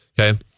Okay